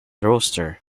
roster